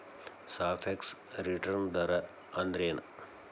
ಸಾಪೇಕ್ಷ ರಿಟರ್ನ್ ದರ ಅಂದ್ರೆನ್